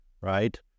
right